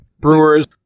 Brewers